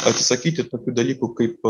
atsisakyti tokių dalykų kaip